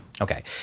Okay